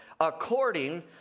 according